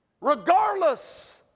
Regardless